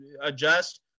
adjust